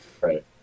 Right